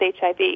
HIV